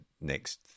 next